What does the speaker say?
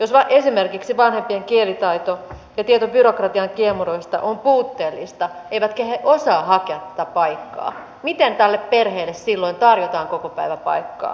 jos esimerkiksi vanhempien kielitaito ja tieto byrokratian kiemuroista on puutteellista eivätkä he osaa hakea tätä paikkaa miten tälle perheelle silloin tarjotaan kokopäiväpaikkaa